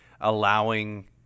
allowing